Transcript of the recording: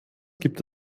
gibt